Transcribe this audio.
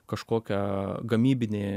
kažkokia gamybinė